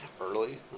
early